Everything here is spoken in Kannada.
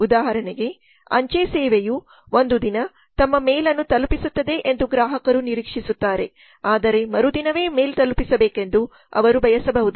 ಉದಾಹರಣೆಗೆ ಅಂಚೆ ಸೇವೆಯು ಒಂದು ದಿನ ತಮ್ಮ ಮೇಲ್ ಅನ್ನು ತಲುಪಿಸುತ್ತದೆ ಎಂದು ಗ್ರಾಹಕರು ನಿರೀಕ್ಷಿಸುತ್ತಾರೆ ಆದರೆ ಮರುದಿನವೇ ಮೇಲ್ ತಲುಪಿಸಬೇಕೆಂದು ಅವರು ಬಯಸಬಹುದು